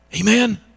Amen